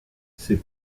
c’est